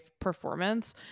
performance